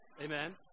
Amen